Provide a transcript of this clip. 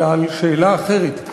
אלא על שאלה אחרת.